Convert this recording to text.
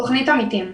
תכנית עמיתים.